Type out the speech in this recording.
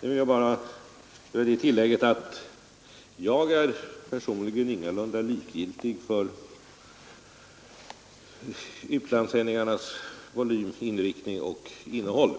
Sedan vill jag bara göra det tillägget, att jag är personligen ingalunda likgiltig för utlandssändningarnas volym, inriktning och innehåll.